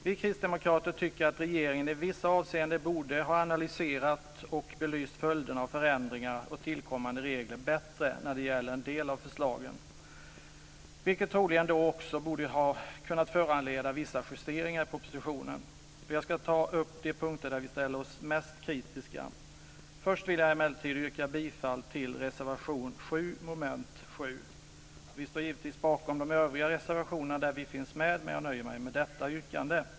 Vi kristdemokrater tycker att regeringen i vissa avseenden borde ha analyserat och belyst följderna av förändringar och tillkommande regler bättre när det gäller en del av förslagen, vilket troligen också borde ha föranlett en del justeringar av propositionen. Jag ska ta upp de punkter där vi ställer oss mest kritiska. Först vill jag emellertid yrka bifall till reservation 7 under mom. 7. Vi står givetvis bakom även de övriga reservationer där vi finns med, men jag nöjer mig med detta yrkande.